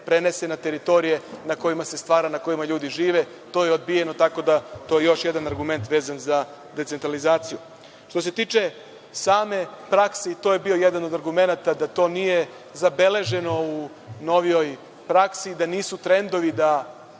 prenese na teritorije na kojima se stvara, na kojima ljudi žive. To je odbijeno, tako da je to još jedan argument vezan za decentralizaciju. Što se tiče same prakse, i to je bio jedan od argumenata da to nije zabeleženo u novijoj praksi, da nisu trendovi da